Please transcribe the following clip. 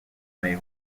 may